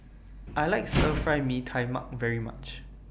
I like Stir Fry Mee Tai Mak very much